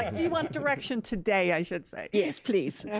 and do you want direction today, i should say? yes, please.